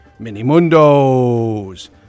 Minimundos